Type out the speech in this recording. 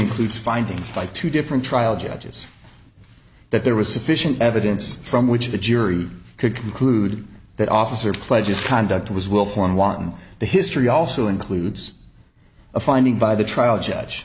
includes findings by two different trial judges that there was sufficient evidence from which the jury could conclude that officer pledges conduct was willful and wanton the history also includes a finding by the trial judge